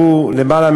אני אמרתי לבוא לכאן?